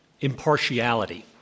impartiality